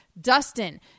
Dustin